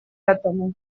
этому